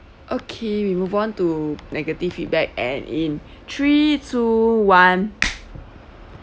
okay we move on to negative feedback and in three two one